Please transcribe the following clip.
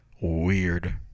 Weird